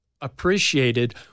appreciated